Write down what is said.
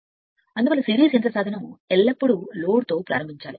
అందువల్ల సిరీస్ యంత్ర సాధనము ఎల్లప్పుడూ లోడ్లో ప్రారంభించబడాలి